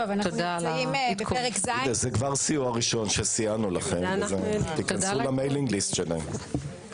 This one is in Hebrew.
זה כבר סיוע ראשון שסייענו לכם תיכנסו למיילינג ליסט שלהם.